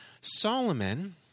Solomon